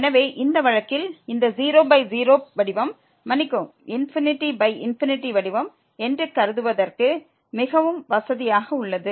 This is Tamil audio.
எனவே இந்த வழக்கில் இந்த 00 வடிவம் மன்னிக்கவும் ∞∞ வடிவம் என்று கருதுவதற்கு மிகவும் வசதியாக உள்ளது